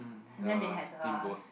the steamboat